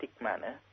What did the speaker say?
manner